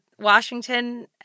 Washington